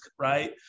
right